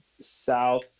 South